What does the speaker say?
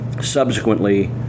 subsequently